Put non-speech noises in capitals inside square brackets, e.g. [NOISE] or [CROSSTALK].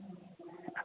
[UNINTELLIGIBLE]